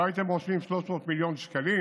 לא הייתם רושמים 300 מיליון שקלים